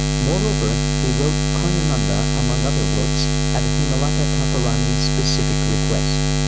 moreover, he wrote karnananda, among other works, at hemlata thakurani's specific request.